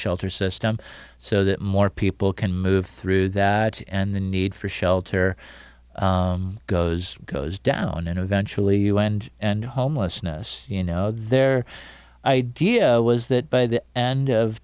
shelter system so that more people can move through that and the need for shelter goes goes down and eventually you end and homelessness you know their idea was that by that and of